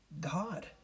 God